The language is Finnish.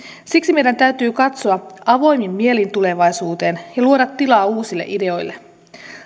siksi meidän täytyy katsoa avoimin mielin tulevaisuuteen ja luoda tilaa uusille ideoille